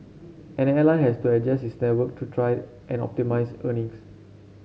an airline has to adjust its network to try and optimise earnings